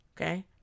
okay